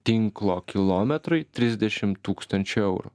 tinklo kilometrui trisdešim tūkstančių eurų